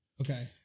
Okay